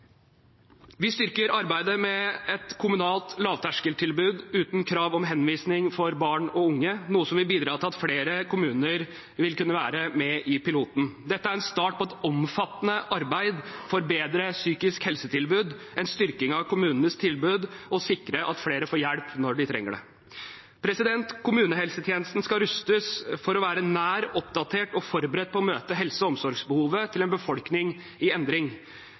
Vi styrker arbeidet med et kommunalt lavterskeltilbud uten krav om henvisning for barn og unge, noe som vil bidra til at flere kommuner vil kunne være med i piloten. Dette er en start på et omfattende arbeid for bedre psykisk helsetilbud, en styrking av kommunenes tilbud og sikrer at flere får hjelp når de trenger det. Kommunehelsetjenesten skal rustes for å være nær oppdatert og forberedt på å møte helse- og omsorgsbehovet til en befolkning i endring.